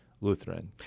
Lutheran